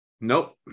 Nope